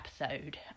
episode